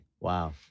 Wow